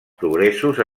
progressos